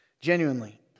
genuinely